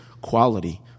quality